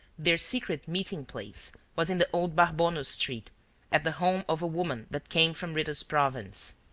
their secret meeting-place was in the old barbonos street at the home of a woman that came from rita's province.